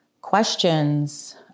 questions